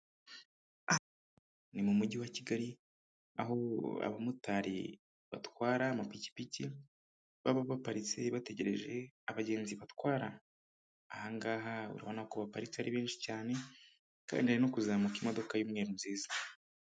Ni mu mujyi wa Kigali aho abamotari batwara amapikipiki baba baparitse bategereje abagenzi batwara, ahanga urabonako baparitse ari benshi cyane kandi hari kuzamuka imodoka y'umweru nziza.